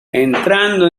entrando